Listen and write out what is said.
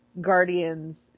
Guardians